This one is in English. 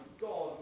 God